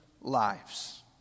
lives